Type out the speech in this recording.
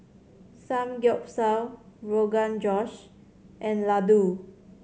Samgyeopsal Rogan Josh and Ladoo